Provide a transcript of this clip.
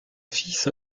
fils